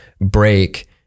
break